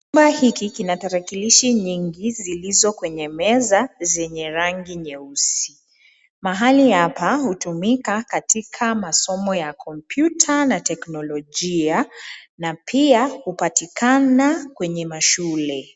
Chumba hiki kina tarakilishi nyingi zilizo kwenye meza zenye rangi nyeusi. Mahali hapa hutumika katika masomo ya kompyuta na teknolojia na pia hupatikana kwenye mashule.